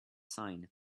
sign